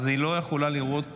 היא לא יכולה לראות